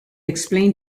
explain